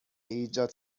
ایجاد